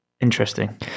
Interesting